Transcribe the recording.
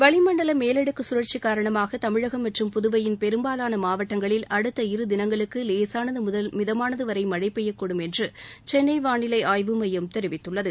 வளிமண்டல மேலடுக்கு சுழற்சி காரணமாக தமிழகம் மற்றம் புதுவையின் பெரும்பாலான மாவட்டங்களில் அடுத்த இரு தினங்களுக்கு லேசானது முதல் மிதமானது வரை மழை பெய்யக்கூடும் என்று சென்னை வானிலை ஆய்வு மையம் தெரிவித்துள்ளது